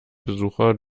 besucher